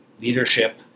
leadership